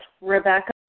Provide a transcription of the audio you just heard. Rebecca